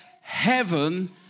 Heaven